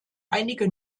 einige